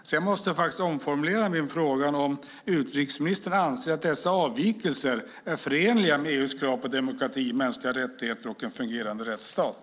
Sedan måste jag faktiskt omformulera min fråga: Anser utrikesministern att dessa avvikelser är förenliga med EU:s krav på demokrati, mänskliga rättigheter och en fungerande rättsstat?